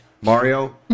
Mario